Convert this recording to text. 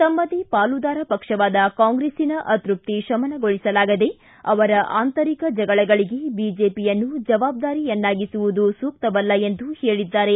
ತಮ್ಮದೇ ಪಾಲುದಾರ ಪಕ್ಷವಾದ ಕಾಂಗ್ರೆಸ್ಸಿನ ಅತ್ಯಪ್ತಿ ಶಮನಗೊಳಿಸಲಾಗದೇ ಅವರ ಅಂತರಿಕ ಜಗಳಗಳಿಗೆ ಬಿಜೆಪಿಯನ್ನು ಜವಾಬ್ದಾರಿ ಯನ್ನಾಗಿಸುವುದು ಸೂಕ್ತವಲ್ಲ ಎಂದು ಹೇಳಿದ್ದಾರೆ